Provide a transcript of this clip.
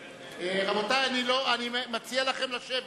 רבותי, אני מציע לכם לשבת.